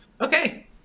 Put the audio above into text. okay